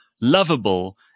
lovable